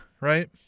right